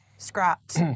Scrapped